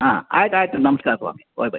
ಹಾಂ ಆಯ್ತು ಆಯ್ತು ನಮಸ್ಕಾರ ಸ್ವಾಮಿ ಹೋಗಿ ಬನ್ನಿ